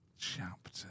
Chapter